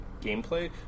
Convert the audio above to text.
gameplay